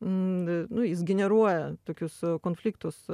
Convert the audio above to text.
n nu jis generuoja tokius konfliktus